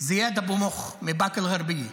זיאד אבו מוך מבאקה אל-גרבייה.